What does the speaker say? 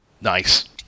Nice